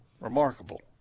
Remarkable